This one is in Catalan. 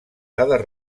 dades